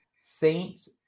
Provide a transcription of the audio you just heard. Saints